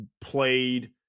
played